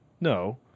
No